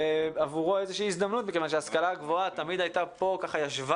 הגבוהה תמיד ישבה על שרי החינוך לצערי,